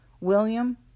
William